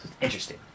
Interesting